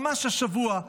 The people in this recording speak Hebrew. ממש השבוע.